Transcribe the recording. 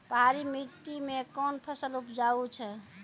पहाड़ी मिट्टी मैं कौन फसल उपजाऊ छ?